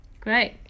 Great